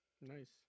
Nice